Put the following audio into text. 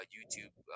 YouTube